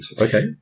okay